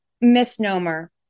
misnomer